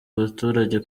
abaturage